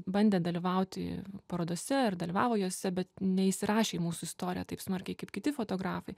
bandė dalyvauti parodose ir dalyvavo jose bet neįsirašė į mūsų istoriją taip smarkiai kaip kiti fotografai